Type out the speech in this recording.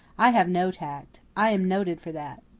i have no tact. i am noted for that.